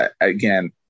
again